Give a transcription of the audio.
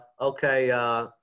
okay